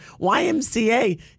YMCA